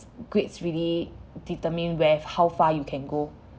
grades really determine where how far you can go